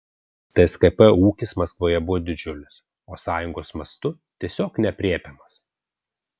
tskp ūkis maskvoje buvo didžiulis o sąjungos mastu tiesiog neaprėpiamas